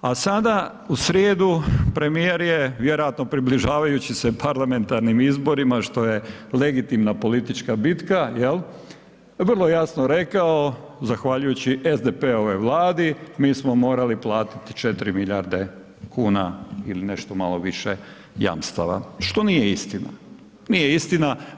a sada u srijedu premijer je vjerojatno približavajući se parlamentarnim izborima što je legitimna politička bitka, jel, vrlo jasno rekao zahvaljujući SDP-ovoj vladi mi smo morali platiti 4 milijarde kuna ili nešto malo više jamstava, što nije istina, nije istina.